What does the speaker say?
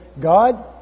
God